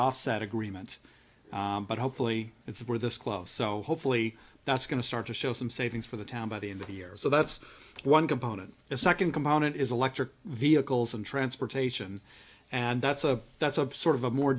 offset agreement but hopefully it's more this close so hopefully that's going to start to show some savings for the town by the end of the year so that's one component the second component is electric vehicles and transportation and that's a that's a sort of a more